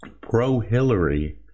pro-Hillary